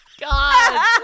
god